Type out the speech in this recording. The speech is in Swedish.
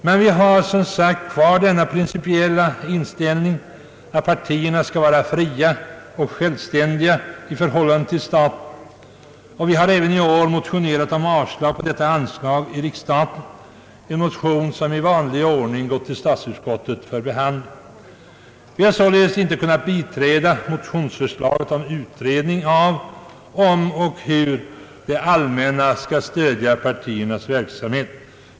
Men vi har som sagt kvar denna principiella inställning att partierna skall vara fria och självständiga i förhållande till staten, Vi har därför även i år motionerat om att detta anslag i riksstaten inte skall utgå. Motionen har i vanlig ordning gått till statsutskottet för behandling. Vi har således inte kunnat biträda motionsförslaget om utredning av frågan om hur det allmänna skall stödja partiernas verksamhet.